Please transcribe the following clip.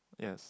yes